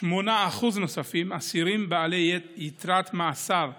8% נוספים, אסירים בעלי יתרת מאסר קצרה,